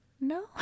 No